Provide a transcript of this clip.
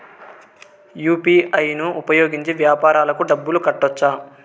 UPI ను ఉపయోగించి వ్యాపారాలకు డబ్బులు కట్టొచ్చా?